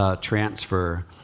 transfer